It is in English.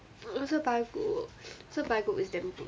糖醋排骨糖醋排骨 is damn good